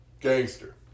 gangster